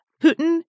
Putin